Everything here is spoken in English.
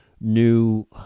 new